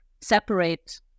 separate